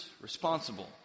responsible